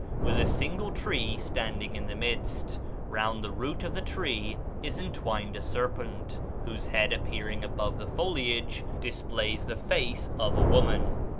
with a single tree standing in the midst round the root of the tree is entwined a serpent, whose head appearing above the foliage displays the face of a woman.